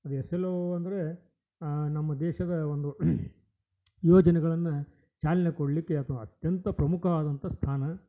ಅದು S L O ಅಂದರೆ ನಮ್ಮ ದೇಶದ ಒಂದು ಯೋಜನೆಗಳನ್ನು ಚಾಲನೆ ಕೊಡಲಿಕ್ಕೆ ಅಥ್ವ ಅತ್ಯಂತ ಪ್ರಮುಖ ಆದಂಥ ಸ್ಥಾನ